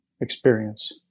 experience